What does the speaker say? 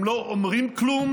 הם לא אומרים כלום